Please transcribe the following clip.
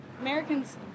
Americans